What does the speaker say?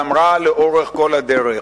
ואמרה לאורך כל הדרך: